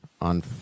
on